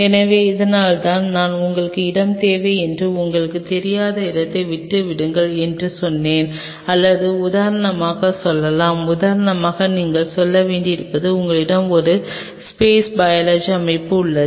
எனவே அதனால்தான் நான் உங்களுக்கு இடம் தேவை என்று உங்களுக்குத் தெரியாத இடத்தை விட்டு விடுங்கள் என்று சொன்னேன் அல்லது உதாரணமாக சொல்லலாம் உதாரணமாக நீங்கள் சொல்ல வேண்டியிருக்கலாம் உங்களிடம் ஒரு ஸ்பெஸ் பையலோஜி அமைப்பு உள்ளது